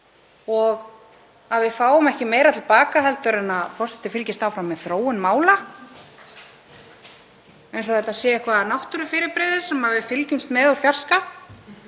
og að við fáum ekki meira til baka en að forseti fylgist áfram með þróun mála, eins og þetta sé eitthvert náttúrufyrirbrigði sem við fylgjumst með úr fjarska,